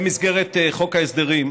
במסגרת חוק ההסדרים,